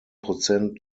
prozent